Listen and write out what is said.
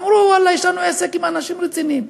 אמרו: ואללה, יש לנו עסק עם אנשים רציניים.